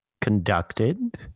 conducted